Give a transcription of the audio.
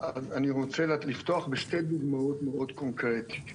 אני רוצה לפתוח בשתי דוגמאות מאוד קונקרטיות.